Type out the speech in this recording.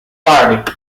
party